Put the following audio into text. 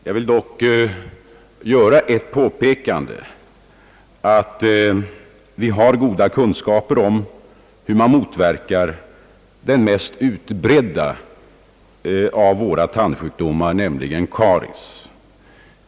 Jag vill dock göra ett påpekande: vi har goda kunskaper om hur man motverkar den mest utbredda av våra tandsjukdomar, nämligen karies.